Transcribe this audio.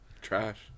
Trash